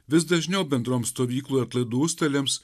vis dažniau bendrom stovyklų atlaidų užstalėms